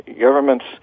governments